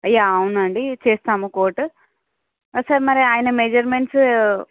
yeah అవునండి చేస్తాము coat sir మరి ఆయన మెజర్మెంట్సు